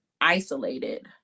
isolated